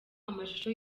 amashusho